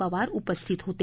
पवार उपस्थित होते